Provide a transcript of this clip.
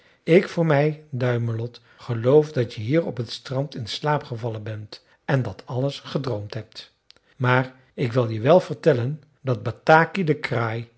ik voor mij duimelot geloof dat je hier op t strand in slaap gevallen bent en dat alles gedroomd hebt maar ik wil je wel vertellen dat bataki de kraai